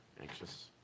Anxious